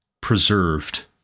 preserved